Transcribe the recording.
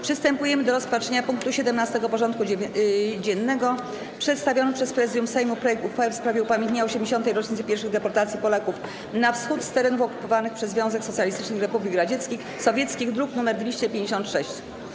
Przystępujemy do rozpatrzenia punktu 17. porządku dziennego: Przedstawiony przez Prezydium Sejmu projekt uchwały w sprawie upamiętnienia 80. rocznicy pierwszych deportacji Polaków na Wschód z terenów okupowanych przez Związek Socjalistycznych Republik Sowieckich (druk nr 256)